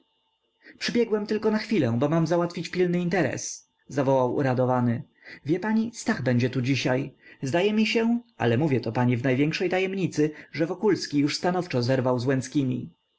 przybiegłem tylko na chwilę bo mam załatwić pilny interes zawołał uradowany wie pani stach będzie tu dzisiaj zdaje mi się ale mówię to pani w największej tajemnicy że wokulski już stanowczo zerwał z